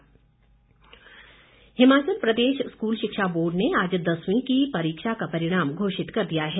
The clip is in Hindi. परिणाम हिमाचल प्रदेश स्कूल शिक्षा बोर्ड ने आज दसवी की परीक्षा का परिणाम घोषित कर दिया है